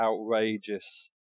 outrageous